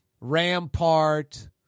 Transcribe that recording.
Rampart